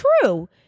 true